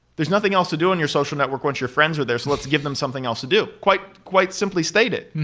there's nothing else to do on your social network once your friends are there, so let's give them something else to do. quite quite simply stated.